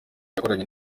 yakoranye